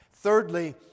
Thirdly